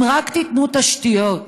אם רק תיתנו תשתיות,